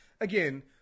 again